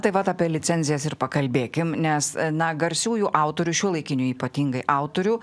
tai vat apie licencijas ir pakalbėkim nes na garsiųjų autorių šiuolaikinių ypatingai autorių